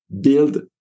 build